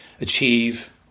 achieve